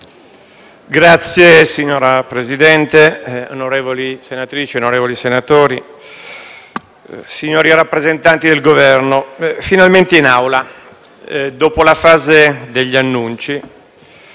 *(PD)*. Signor Presidente, onorevoli senatrici e onorevoli senatori, signori rappresentanti del Governo, finalmente in Aula, dopo la fase degli annunci,